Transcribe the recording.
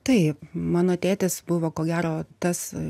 taip mano tėtis buvo ko gero tas